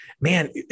Man